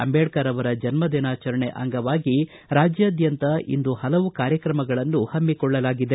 ಅಂಬೇಡ್ಕರವರ ಜನ್ಮ ದಿನಾಚರಣೆ ಅಂಗವಾಗಿ ರಾಜ್ಯಾದ್ದಂತ ಇಂದು ಹಲವು ಕಾರ್ಯಕ್ರಮಗಳನ್ನು ಪಮ್ಮಿಕೊಳ್ಳಲಾಗಿದೆ